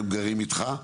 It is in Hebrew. שהם גרים איתך?